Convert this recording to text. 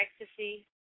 ecstasy